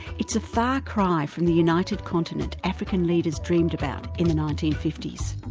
it's a far cry from the united continent african leaders dreamed about in the nineteen fifty s.